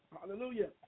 Hallelujah